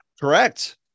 Correct